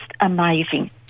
amazing